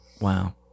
Wow